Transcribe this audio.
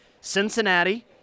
Cincinnati